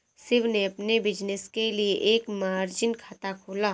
शिव ने अपने बिज़नेस के लिए एक मार्जिन खाता खोला